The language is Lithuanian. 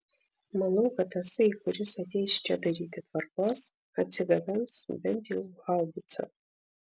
manau kad tasai kuris ateis čia daryti tvarkos atsigabens bent jau haubicą